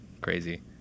crazy